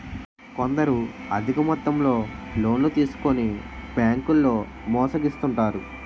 కొందరు అధిక మొత్తంలో లోన్లు తీసుకొని బ్యాంకుల్లో మోసగిస్తుంటారు